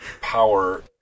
power